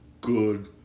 good